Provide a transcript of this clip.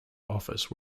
office